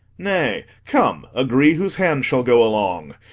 nay, come, agree whose hand shall go along,